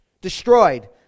destroyed